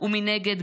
ומנגד,